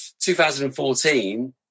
2014